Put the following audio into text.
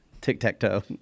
Tic-tac-toe